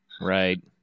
right